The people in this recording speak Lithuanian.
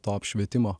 to apšvietimo